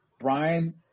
Brian